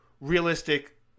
realistic